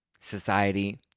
society